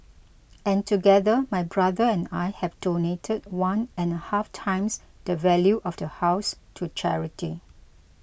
and together my brother and I have donated one and a half times the value of the house to charity